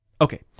okay